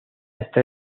está